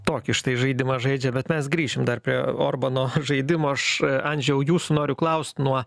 tokį štai žaidimą žaidžia bet mes grįšim dar prie orbano žaidimo aš andžėjau jūsų noriu klaust nuo